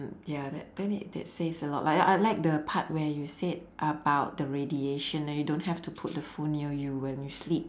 ya that then it that says a lot like I I like the part where you said about the radiation and you don't have to put the phone near you when you sleep